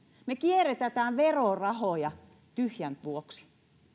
me kierrätämme verorahoja tyhjän vuoksi